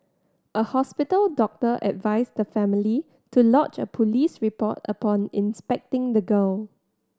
a hospital doctor advised the family to lodge a police report upon inspecting the girl